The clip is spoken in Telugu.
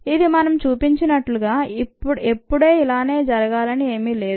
ఇది మనం చూసినట్టుగా ఎప్పుడే ఇలాగే జరగాలని ఏమి లేదు